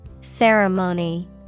Ceremony